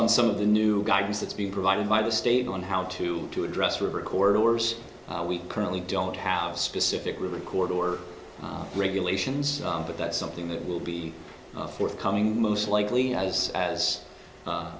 on some of the new guidance that's been provided by the state on how to to address recorders we currently don't have specific record or regulations but that's something that will be forthcoming most likely has as